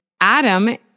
Adam